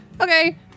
okay